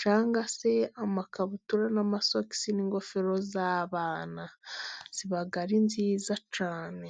cyangwa se amakabutura n'amasogisi n'ingofero z'abana, ziba ari nziza cyane.